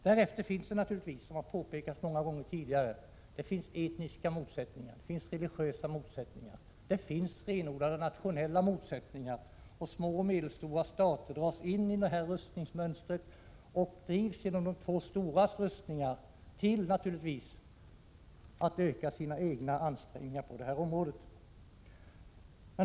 Därefter finns naturligtvis, som har påpekats många gånger tidigare, etniska motsättningar, religiösa motsättningar och renodlat nationella motsättningar. Små och medelstora stater dras in i detta rustningsmönster och drivs genom de två storas rustningar till att öka sina egna ansträngningar på detta område.